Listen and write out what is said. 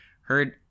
heard